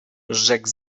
rzekł